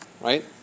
right